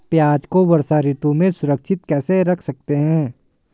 प्याज़ को वर्षा ऋतु में सुरक्षित कैसे रख सकते हैं?